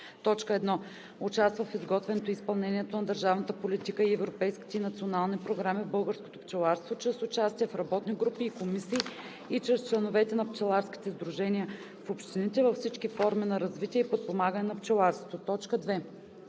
1. участва в изготвянето и изпълнението на държавната политика и европейски и национални програми в българското пчеларство чрез участие в работни групи и комисии и чрез членовете на пчеларските сдружения в общините във всички форми на развитие и подпомагане на пчеларството; 2.